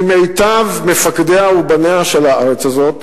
ממיטב מפקדיה ובניה של הארץ הזאת,